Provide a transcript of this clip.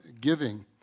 giving